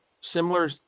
similar